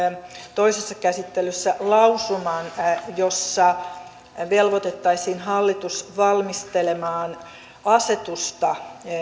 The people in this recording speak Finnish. toisessa käsittelyssä lausuman jossa velvoitettaisiin hallitus valmistelemaan asetusta